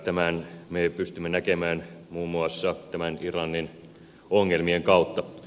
tämän me pystymme näkemään muun muassa näiden irlannin ongelmien kautta